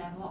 mm